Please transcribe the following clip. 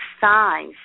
size